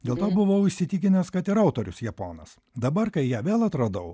dėl to buvau įsitikinęs kad ir autorius japonas dabar kai ją vėl atradau